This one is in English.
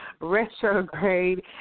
retrograde